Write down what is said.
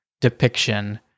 depiction